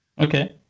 Okay